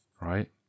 right